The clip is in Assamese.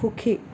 সুখী